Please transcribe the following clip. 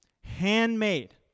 handmade